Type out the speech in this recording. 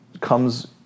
comes